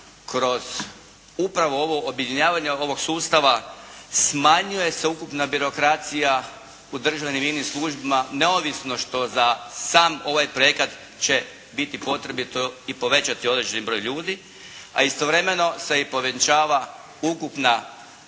kroz upravo ovo objedinjavanje ovog sustava, smanjuje se ukupna birokracija u državnim i inim službama, neovisno što za sam ovaj projekat će biti potrebito i povećati određeni broj ljudi, a istovremeno se i povećava ukupna radna